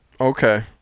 okay